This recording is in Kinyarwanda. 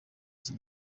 iki